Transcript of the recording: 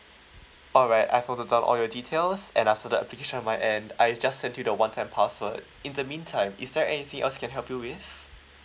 alright I have noted down all your details and I've send the application from my end I just sent you the one time password in the meantime is there anything else I can help you with